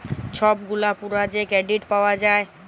ছব গুলা পুরা যে কেরডিট পাউয়া যায়